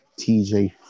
TJ